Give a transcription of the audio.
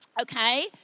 okay